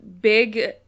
big